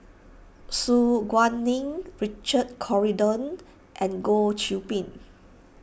Su Guaning Richard Corridon and Goh Qiu Bin